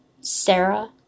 Sarah